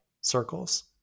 circles